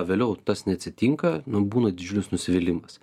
vėliau tas neatsitinka nu būna didžiulis nusivylimas